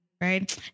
right